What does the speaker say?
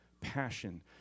passion